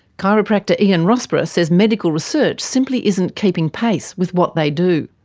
chiropractor ian rossborough says medical research simply isn't keeping pace with what they do.